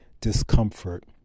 discomfort